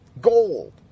gold